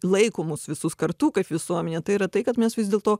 laiko mus visus kartu kaip visuomenę tai yra tai kad mes vis dėlto